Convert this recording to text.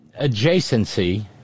adjacency